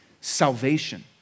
salvation